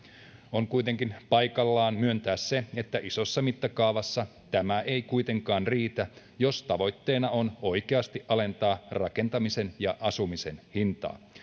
on kuitenkin paikallaan myöntää se että isossa mittakaavassa tämä ei kuitenkaan riitä jos tavoitteena on oikeasti alentaa rakentamisen ja asumisen hintaa